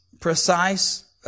precise